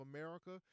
America